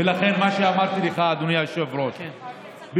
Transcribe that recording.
ולכן מה שאמרתי לך, אדוני היושב-ראש, כן.